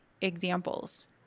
examples